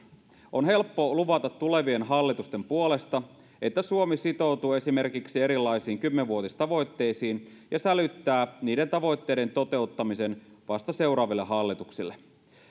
on helppo luvata tulevien hallitusten puolesta että suomi sitoutuu esimerkiksi erilaisiin kymmenvuotistavoitteisiin ja sälyttää niiden tavoitteiden toteuttamisen vasta seuraaville hallituksille